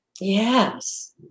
Yes